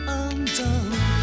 undone